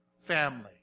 family